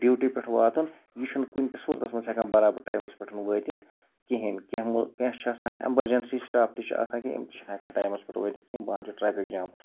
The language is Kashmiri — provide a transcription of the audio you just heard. ڈِوٹی پٮ۪ٹھ واتُن یہِ چھُنہٕ کُںہِ تہِ صوٗرتَس منٛز ہٮ۪کان برابر ٹایمَس پٮ۪ٹھ وٲتِتھ کِہیٖنۍ کینٛہہ مُل کینٛہہ چھِ آسان اٮ۪مبَرجَنسی سٕٹاپ تہِ چھِ آسان کینٛہہ یِم تہِ چھِنہٕ ہٮ۪کان ٹایمَس پٮ۪ٹھ وٲتِتھ کِہیٖنۍ بہان چھُ ٹرٛیفِک جام